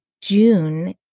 June